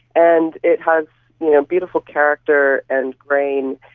and it has you know beautiful character and grain.